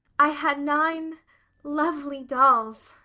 i had nine lovely dolls.